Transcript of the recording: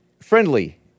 friendly